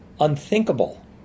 unthinkable